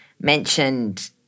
mentioned